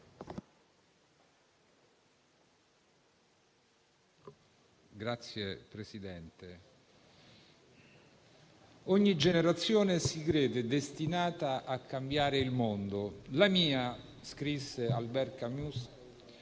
Signor Presidente, ogni generazione si crede destinata a cambiare il mondo. La mia - scrisse Albert Camus